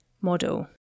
model